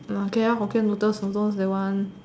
okay Hokkien noodles also that one